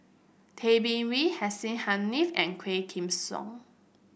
Tay Bin Wee Hussein Haniff and Quah Kim Song